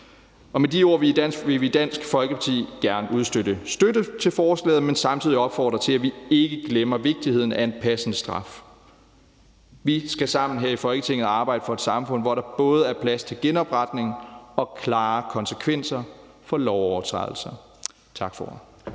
Med de ord vil vi i Dansk Folkeparti gerne udvise støtte til forslaget, men samtidig opfordre til, at vi ikke glemmer vigtigheden af en passende straf. Vi skal sammen her i Folketinget arbejde for et samfund, hvor der både er plads til genopretning og klare konsekvenser for lovovertrædelser. Tak for